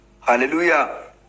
Hallelujah